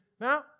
Now